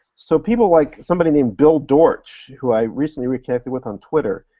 so people like, somebody named bill dortch, who i recently reconnected with on twitter,